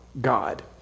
God